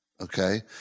Okay